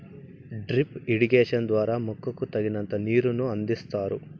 drip irrigation ద్వారా మొక్కకు తగినంత నీరును అందిస్తారు